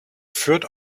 führt